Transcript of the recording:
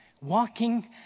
walking